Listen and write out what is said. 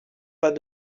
pas